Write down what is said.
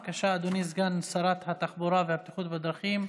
בבקשה, אדוני סגן שרת התחבורה והבטיחות בדרכים,